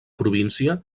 província